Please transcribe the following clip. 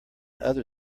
other